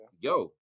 Yo